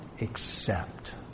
accept